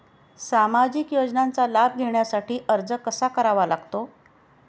सामाजिक योजनांचा लाभ घेण्यासाठी अर्ज कसा करावा लागतो?